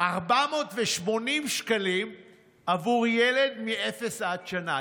480 שקלים עבור ילד מגיל אפס עד שנה.